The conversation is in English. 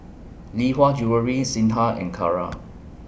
Lee Hwa Jewellery Singha and Kara